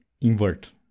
invert